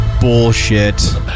bullshit